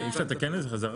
אי אפשר לתקן את זה בחזרה?